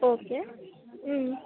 okay